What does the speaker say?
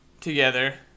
together